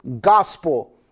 gospel